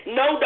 no